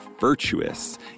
Virtuous